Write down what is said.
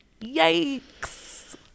Yikes